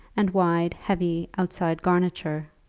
and wide, heavy outside garniture.